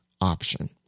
option